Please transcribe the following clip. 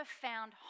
found